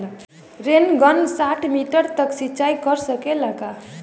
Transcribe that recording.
Rain gun साठ metre तक सिचाई कर सकेला का?